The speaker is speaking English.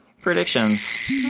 predictions